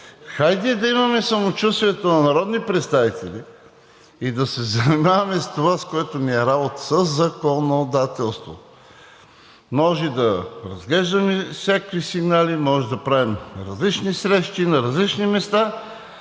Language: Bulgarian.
Хайде да имаме самочувствието на народни представители и да се занимаваме с това, с което ни е работа – със законодателство. Може да разглеждаме всякакви сигнали, може да правим различни срещи на различни места,